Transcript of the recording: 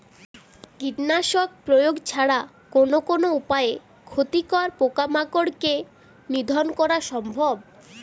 কীটনাশক প্রয়োগ ছাড়া কোন কোন উপায়ে ক্ষতিকর পোকামাকড় কে নিধন করা সম্ভব?